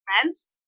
friends